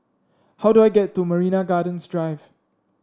how do I get to Marina Gardens Drive